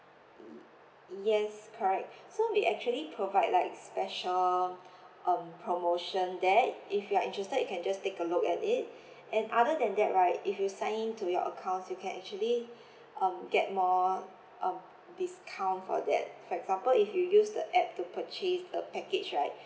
yes correct so we actually provide like special um promotion then if you are interested you can just take a look at it and other than that right if you sign in to your accounts you can actually um get more um discount for that for example if you use the app to purchase the package right